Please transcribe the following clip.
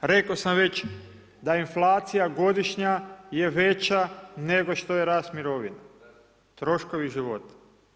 Rekao sam već da inflacija godišnja je veća nego što je rast mirovina, troškovi života.